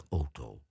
auto